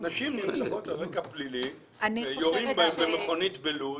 נשים נרצחות גם על רקע פלילי ויורים בהן במכונית בלוד